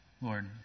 Lord